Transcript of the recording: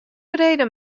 breder